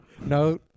No